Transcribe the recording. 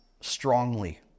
strongly